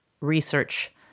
research